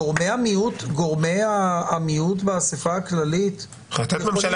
גורמי המיעוט באספה הכללית יכולים לגזור מהחלטת הממשלה